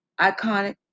iconic